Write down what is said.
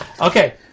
Okay